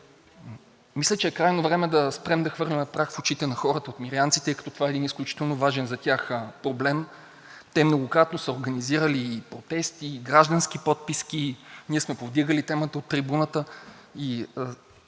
Мисля, че е крайно време да спрем да хвърляме прах в очите на хората от Мирянци, тъй като това е един изключително важен за тях проблем. Те многократно са организирали и протести, и граждански подписки. Ние сме повдигали темата от трибуната.